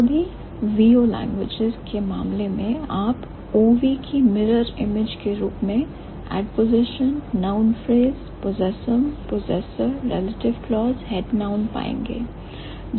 सभी OV languages के मामले में आप OV की mirror image के रूप में adposition noun phrase possessum possessor relative clause head noun पाएंगे